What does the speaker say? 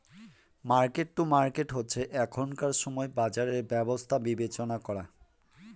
market to market হচ্ছে এখনকার সময় বাজারের ব্যবস্থা বিবেচনা করা